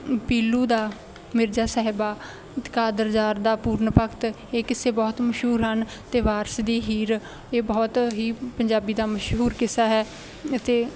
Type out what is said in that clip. ਪੀਲੂ ਦਾ ਮਿਰਜ਼ਾ ਸਾਹਿਬਾ ਕਾਦਰ ਯਾਰ ਦਾ ਪੂਰਨ ਭਗਤ ਇਹ ਕਿੱਸੇ ਬਹੁਤ ਮਸ਼ਹੂਰ ਹਨ ਅਤੇ ਵਾਰਿਸ ਦੀ ਹੀਰ ਇਹ ਬਹੁਤ ਹੀ ਪੰਜਾਬੀ ਦਾ ਮਸ਼ਹੂਰ ਕਿੱਸਾ ਹੈ ਅਤੇ